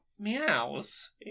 meows